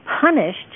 punished